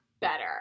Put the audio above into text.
better